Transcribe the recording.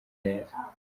neza